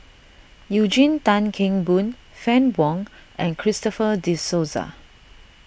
Eugene Tan Kheng Boon Fann Wong and Christopher De Souza